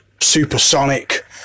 supersonic